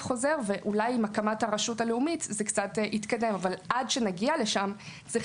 אולי עם הקמת הרשות הלאומית זה קצת יתקדם אבל עד שנגיע לשם צריך